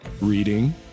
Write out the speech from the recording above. Reading